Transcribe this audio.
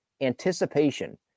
anticipation